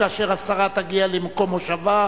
כאשר השרה תגיע למושבה,